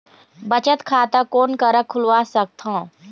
बचत खाता कोन करा खुलवा सकथौं?